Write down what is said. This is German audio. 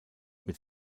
mit